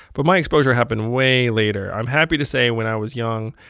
but my exposure happened way later. i'm happy to say, when i was young,